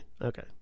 okay